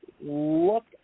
look